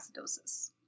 acidosis